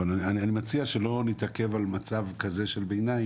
אבל אני מציע שלא נתעכב על מצב כזה של ביניים,